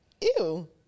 Ew